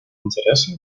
интересы